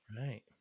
Right